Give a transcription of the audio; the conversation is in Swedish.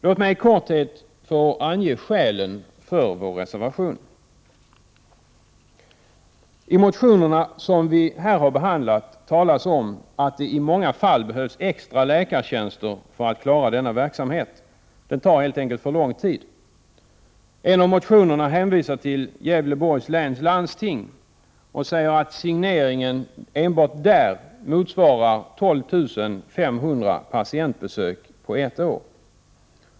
Låt mig i korthet få ange skälen till vår reservation. I de motioner som vi har behandlat talas om att det i många fall behövs extra läkartjänster för att klara denna verksamhet. Den tar helt enkelt för lång tid. I en av motionerna hänvisas till Gävleborgs läns landsting och sägs att signeringen enbart där tidsmässigt motsvarar 12 500 patientbesök på ett år.